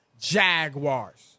Jaguars